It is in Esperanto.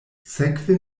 sekve